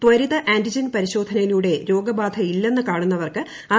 ത്വരിത antigen പരിശോധനയിലൂടെ രോഗബാധയില്ലെസ്സ് കാണുന്നവർക്ക് ആർ